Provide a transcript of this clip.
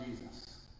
Jesus